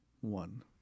One